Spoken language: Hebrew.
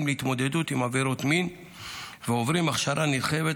להתמודדות עם עבירות מין ועוברים הכשרה נרחבת,